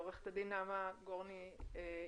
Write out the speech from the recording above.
עורכת הדין נעמה גורני איתנו.